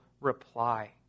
reply